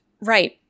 Right